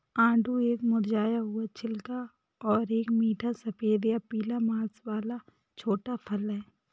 आड़ू एक मुरझाया हुआ छिलका और एक मीठा सफेद या पीला मांस वाला छोटा फल है